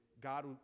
God